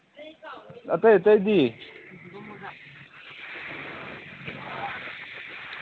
ꯑꯇꯩ ꯑꯇꯩꯗꯤ